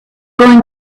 going